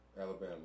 Alabama